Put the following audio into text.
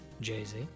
Jay-Z